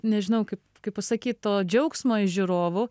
nežinau kaip kaip pasakyt to džiaugsmo iš žiūrovų